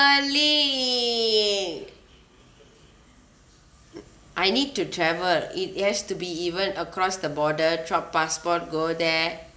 mm I need to travel it has to be even across the border chop passport go there